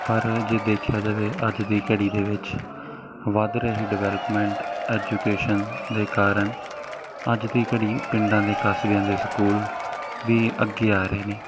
ਪਰ ਜੇ ਦੇਖਿਆ ਜਾਵੇ ਅੱਜ ਦੀ ਘੜੀ ਦੇ ਵਿੱਚ ਵੱਧ ਰਹੀ ਡਿਵੈਲਪਮੈਂਟ ਐਜੂਕੇਸ਼ਨ ਦੇ ਕਾਰਣ ਅੱਜ ਦੀ ਘੜੀ ਪਿੰਡਾਂ ਦੇ ਕਸਬਿਆਂ ਦੇ ਸਕੂਲ ਵੀ ਅੱਗੇ ਆ ਰਹੇ ਨੇ